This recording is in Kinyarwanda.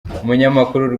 umunyamakuru